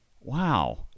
wow